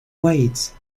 weiss